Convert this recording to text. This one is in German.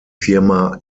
firma